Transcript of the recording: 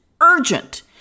urgent